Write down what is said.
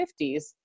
1950s